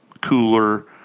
cooler